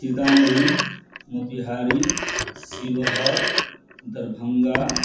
Sitamarhi Motihari Sheohar Darbhanga